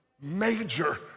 major